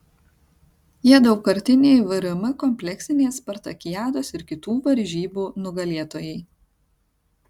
jie daugkartiniai vrm kompleksinės spartakiados ir kitų varžybų nugalėtojai